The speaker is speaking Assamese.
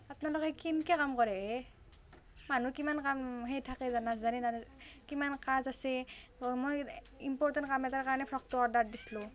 আপনালোকে কেনেকৈ কাম কৰে হে মানুহ কিমান কাম হেই থাকে জানে কিমান কাজ আছে অঁ মই ইমপ'টেণ্ট কাম এটাৰ কাৰণে ফ্ৰকটো অৰ্ডাৰ দিছিলোঁ